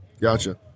gotcha